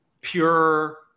pure